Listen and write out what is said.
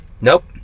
Nope